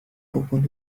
opened